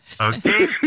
Okay